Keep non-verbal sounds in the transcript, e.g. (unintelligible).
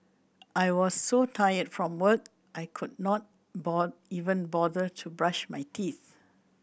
I was so tired from work I could not (unintelligible) even bother to brush my teeth